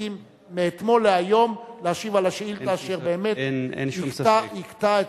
שהסכים מאתמול להיום להשיב על השאילתא שבאמת הכתה את